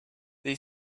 they